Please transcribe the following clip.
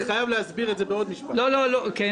לוקח